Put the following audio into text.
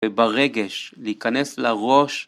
וברגש להיכנס לראש